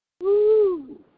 Woo